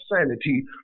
sanity